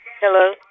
Hello